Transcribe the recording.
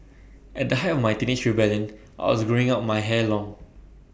at the height of my teenage rebellion I was growing out my hair long